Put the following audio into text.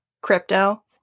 crypto